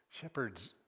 Shepherds